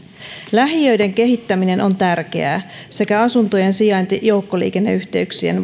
lähiöiden kehittäminen on tärkeää sekä asuntojen sijainti joukkoliikenneyhteyksien